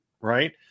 right